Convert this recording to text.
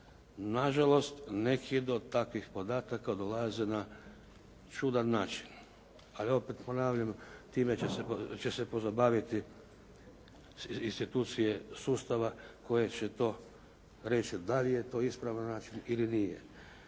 Na žalost neki do takvih podataka dolaze na čudan način, ali opet ponavljam time će se pozabaviti institucije sustava koje će to reći da li je to ispravan način ili nije.